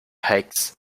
axe